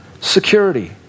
security